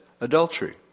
adultery